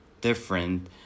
different